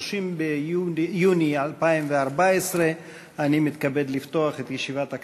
30 ביוני 2014. אני מתכבד לפתוח את ישיבת הכנסת.